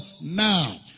Now